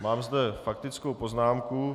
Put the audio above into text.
Mám zde faktickou poznámku.